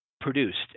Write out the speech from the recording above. produced